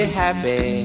happy